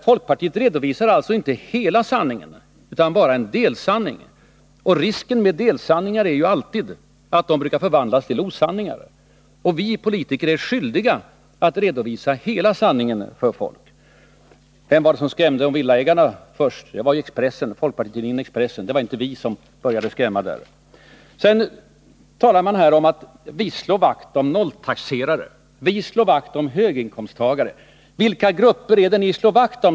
Folkpartiet redovisar alltså inte hela sanningen utan bara en delsanning. Och risken med delsanningar är alltid att de brukar förvandlas till osanningar. Och vi politiker är skyldiga att redovisa hela sanningen. Vem var det som skrämde villaägarna först? Det var folkpartitidningen Expressen. Det var inte vi som började skrämmas. Man talar om att vi slår vakt om nolltaxerare och höginkomsttagare. Vilka grupper är det ni slår vakt om?